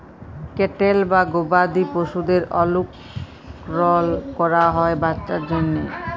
cattle বা গবাদি পশুদের অলুকরল ক্যরা হ্যয় বাচ্চার জ্যনহে